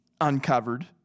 uncovered